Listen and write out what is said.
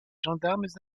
gendarmes